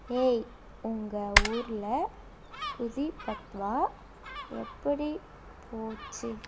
ஏய் உங்கள் ஊரில் குதி பத்வா எப்படி போச்சு